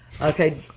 Okay